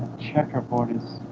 checkerboard is